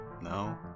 No